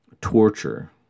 torture